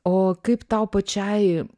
o kaip tau pačiai